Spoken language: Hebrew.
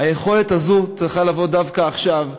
היכולת הזאת צריכה לבוא דווקא עכשיו,